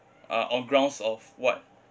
uh on grounds of what